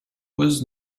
was